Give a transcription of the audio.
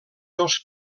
dos